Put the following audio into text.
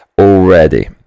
already